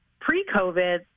pre-COVID